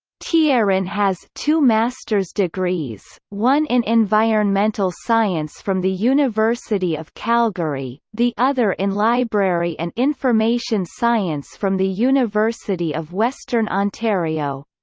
yeah thierrin has two master's degrees one in environmental science from the university of calgary, the other in library and information science from the university of western ontario.